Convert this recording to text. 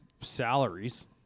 salaries